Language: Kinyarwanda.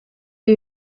ibi